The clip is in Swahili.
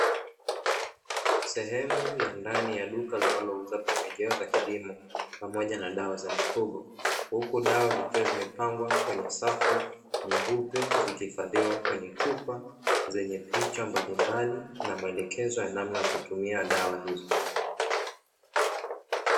Sehemu ya ndani ya duka linalouza pembejeo za kilimo pamoja na dawa za mifugo, huku dawa zikiwa zimepangwa kwenye safu nyeupe zikihifadhiwa kwenye chupa zenye picha mbalimbali na maelekezo ya namna ya kutumia dawa hizo.